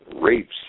rapes